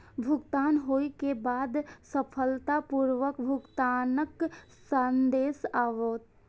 भुगतान होइ के बाद सफलतापूर्वक भुगतानक संदेश आओत